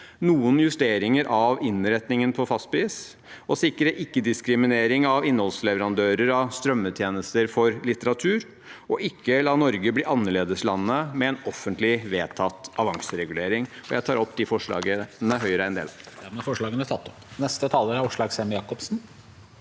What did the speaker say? noen justeringer av innretningen på fastpris, å sikre ikke-diskriminering av innholdsleverandører av strømmetjenester for litteratur og ikke å la Norge bli annerledeslandet med en offentlig vedtatt avanseregulering. Jeg tar opp de forslagene fra Høyre. Presidenten